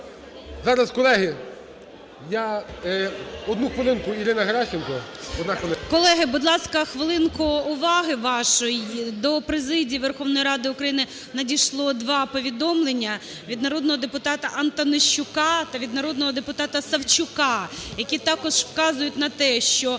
Геращенко. Одна хвилина. 17:26:13 ГЕРАЩЕНКО І.В. Колеги, будь ласка, хвилинку уваги вашої. До президії Верховної Ради України надійшло два повідомлення від народного депутата Антонищака та від народного депутата Савчука, які також вказують на те, що